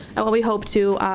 and what we hope to